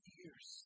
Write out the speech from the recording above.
years